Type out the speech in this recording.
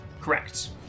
Correct